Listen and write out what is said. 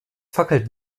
fackelte